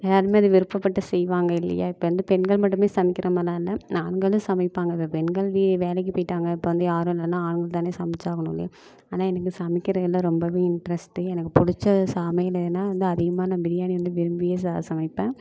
எல்லாரும் அது விருப்பப்பட்டு செய்வாங்க இல்லையா இப்போ வந்து பெண்கள் மட்டும் சமைக்கிற மாதிரியலாம் இல்லை ஆண்களும் சமைப்பாங்க இப்போ பெண்கள் வே வேலைக்கு போயிட்டாங்க இப்போ வந்து யாரும் இல்லைன்னா ஆண்கள் தான் சமைத்தாகணும் இல்லையா ஆனால் எனக்கு சமைக்கிறதில் ரொம்பவும் இன்ட்ரஸ்ட்டு எனக்கு பிடிச்சது சமையல் எதுன்னா வந்து அதிகமாக நான் பிரியாணி வந்து விரும்பி ச சமைப்பேன்